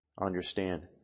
understand